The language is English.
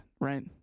Right